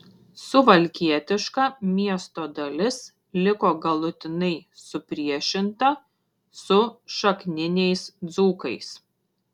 suvalkietiška miesto dalis liko galutinai supriešinta su šakniniais dzūkais